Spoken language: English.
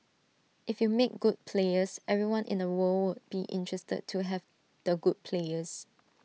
if you make good players everyone in the world will be interested to have the good players